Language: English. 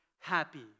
happy